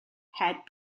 had